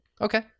okay